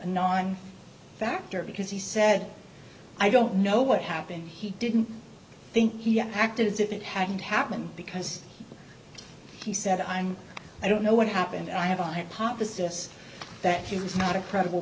non factor because he said i don't know what happened he didn't think he acted as if it hadn't happened because he said i'm i don't know what happened i have a hypothesis that he was not a credible